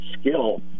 skill